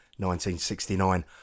1969